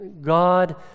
God